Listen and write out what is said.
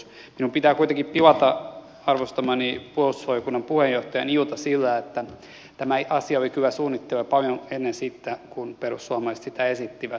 minun pitää kuitenkin pilata arvostamani puolustusvaliokunnan puheenjohtajan ilta sillä että tämä asia oli kyllä suunnitteilla paljon ennen kuin perussuomalaiset sitä esittivät